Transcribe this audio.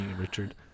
richard